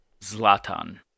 Zlatan